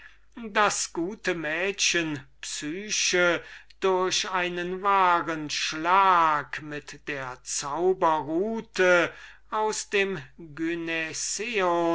das gute mädchen psyche durch einen wahren schlag mit der zauberrute aus dem